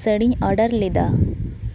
ᱥᱟᱹᱲᱤᱧ ᱚᱰᱟᱨ ᱞᱮᱫᱟ